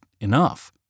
enough